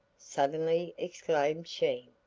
suddenly exclaimed she,